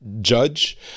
Judge